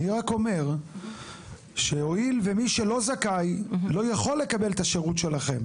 אני רק אומר שהואיל ומי שלא זכאי לא יכול לקבל את השירות שלכם